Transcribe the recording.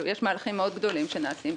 יש מהלכים מאוד גדולים שנעשים.